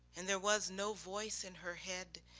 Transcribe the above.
and there was no voice in her head,